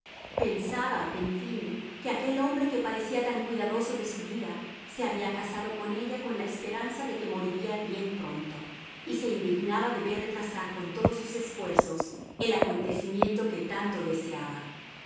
pensaba en fin que aquel hombre que parecía tan cuidadoso de su vida se había casado con ella con la esperanza de que moriría bien pronto y se indignaba de ver retrasar con todos sus esfuerzos el acontecimiento que tanto deseaba